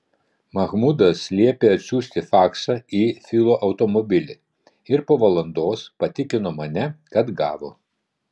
mahmudas liepė atsiųsti faksą į filo automobilį ir po valandos patikino mane kad gavo